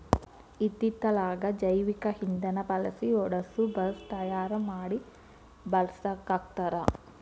ಇತ್ತಿತ್ತಲಾಗ ಜೈವಿಕ ಇಂದನಾ ಬಳಸಿ ಓಡಸು ಬಸ್ ತಯಾರ ಮಡಿ ಬಳಸಾಕತ್ತಾರ